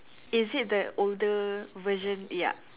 is it the older version ya